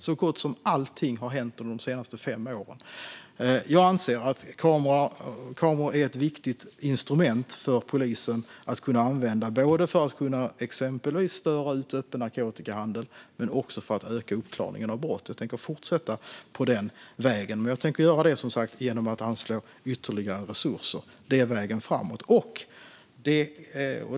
Så gott som allting har hänt under de senaste fem åren. Jag anser att kameror är ett viktigt instrument för polisen. De kan använda det för att exempelvis störa ut öppen narkotikahandel men också för att öka uppklaringen av brott. Jag tänker fortsätta på denna väg, och jag tänker som sagt göra det genom att anslå ytterligare resurser. Det är vägen framåt.